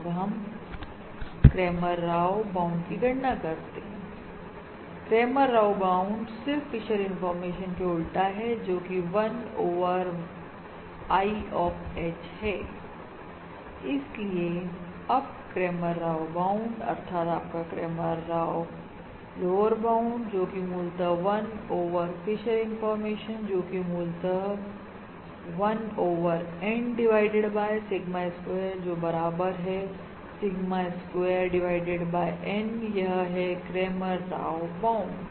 और अब Cramer Rao bound की गणना करना आसान है क्रैमर राव बाउंड सिर्फ फिशर इंफॉर्मेशन के उल्टा है जोकि 1 ओवर I ऑफ H है इसलिए अब क्रैमर राव बाउंडअर्थात् आपका क्रैमर राव बाउंड जोकि मूलत 1 ओवर फिशर इंफॉर्मेशन जोकि मूलत जोकि मूलत 1ओवर N divided by sigma square जोकि बराबर है sigma a square divided by N यह है क्रेमर राव बाउंड